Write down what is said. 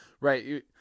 Right